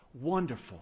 Wonderful